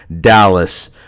Dallas